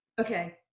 Okay